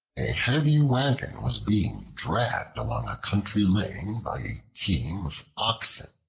heavy wagon was being dragged along a country lane by a team of oxen.